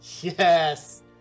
Yes